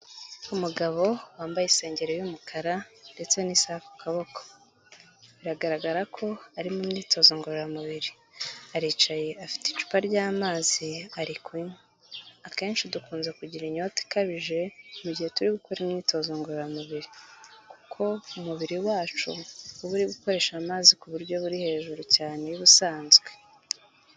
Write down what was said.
Umugabo wambaye isengeri y'umukara ndetse n'isaha ku kaboko, biragaragarako ari mu myitozo ngororamubiri. Aricaye afite icupa ry'amazi ari kunywa. Akenshi dukunze kugira inyota ikabije mu gihe turi gukora imyitozo ngororamubiri. Kuko umubiri wacu uba uri gukoresha amazi ku buryo buri hejuru cyane y'ubusanzwe.